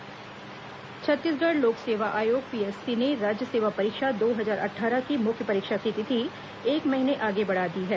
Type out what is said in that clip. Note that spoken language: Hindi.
पीएससी परीक्षा तिथि छत्तीसगढ़ लोक सेवा आयोग पीएससी ने राज्य सेवा परीक्षा दो हजार अट्ठारह की मुख्य परीक्षा की तिथि एक महीने आगे बढ़ा दी है